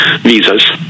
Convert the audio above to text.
visas